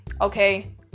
okay